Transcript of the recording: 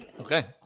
Okay